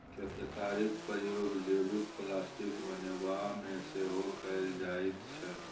केतारीक प्रयोग जैबिक प्लास्टिक बनेबामे सेहो कएल जाइत छै